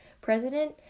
president